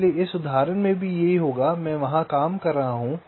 इसलिए इस उदाहरण में भी यही होगा मैं वहां काम कर रहा हूं